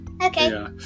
Okay